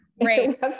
great